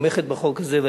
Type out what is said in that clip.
הממשלה תומכת בחוק הזה,